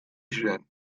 ziren